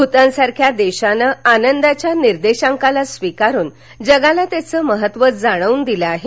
भूतान सारख्या देशानं आनंदाच्या निर्देशांकाला स्वीकारून जगाला त्याचं महत्त्व जाणवून दिलं आहे